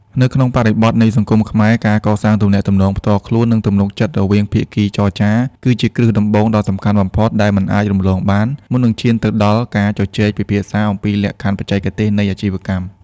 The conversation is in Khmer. នៅក្នុងបរិបទនៃសង្គមខ្មែរ ការកសាងទំនាក់ទំនងផ្ទាល់ខ្លួន និងទំនុកចិត្តរវាងភាគីចរចា គឺជាគ្រឹះដំបូងដ៏សំខាន់បំផុតដែលមិនអាចរំលងបាន មុននឹងឈានទៅដល់ការជជែកពិភាក្សាអំពីលក្ខខណ្ឌបច្ចេកទេសនៃអាជីវកម្ម។